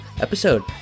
episode